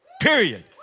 period